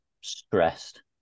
stressed